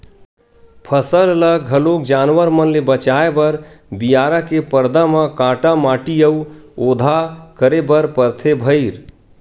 फसल ल घलोक जानवर मन ले बचाए बर बियारा के परदा म काटा माटी अउ ओधा करे बर परथे भइर